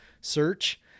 search